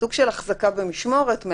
אחזקה במשמורת,